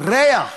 ריח,